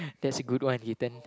that's a good one he turn